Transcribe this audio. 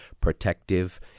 protective